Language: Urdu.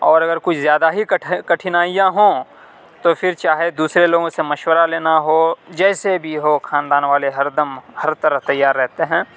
اور اگر کوئی زیادہ ہی کٹھنائیاں ہوں تو پھر چاہے دوسرے لوگوں سے مشورہ لینا ہو جیسے بھی ہو خاندان والے ہر دم ہر طرح تیار رہتے ہیں